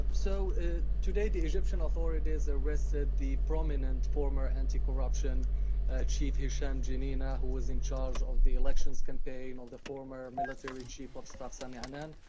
so today the egyptian authorities arrested the prominent former anti-corruption chief hisham geneina, who was in charge of the elections campaign of the former military chief of staff sami anan,